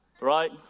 right